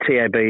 TAB